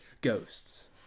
ghosts